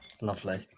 Lovely